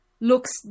looks